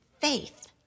faith